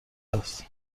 است